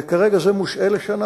וכרגע זה מושעה לשנה.